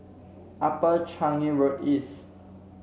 Upper Changi Road East